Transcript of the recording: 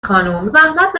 خانومزحمت